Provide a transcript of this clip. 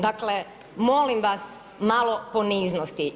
Dakle, molim vas malo poniznosti.